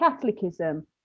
Catholicism